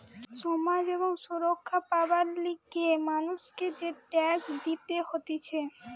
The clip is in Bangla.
সমাজ এ সুরক্ষা পাবার লিগে মানুষকে যে ট্যাক্স দিতে হতিছে